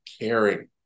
caring